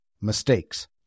mistakes